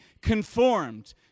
conformed